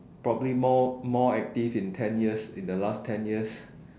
probably more more active in ten years in the last ten years